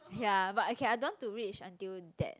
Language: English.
ya but I can I don't want to reach until that